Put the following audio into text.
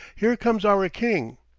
here comes our king.